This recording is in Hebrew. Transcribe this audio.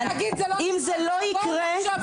אם זה לא יקרה.